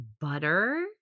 butter